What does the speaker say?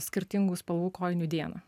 skirtingų spalvų kojinių dieną